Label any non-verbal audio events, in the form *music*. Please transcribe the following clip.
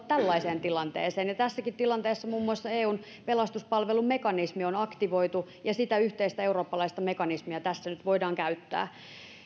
*unintelligible* tällaiseen tilanteeseen ja tässäkin tilanteessa muun muassa eun pelastuspalvelumekanismi on aktivoitu ja sitä yhteistä eurooppalaista mekanismia tässä nyt voidaan käyttää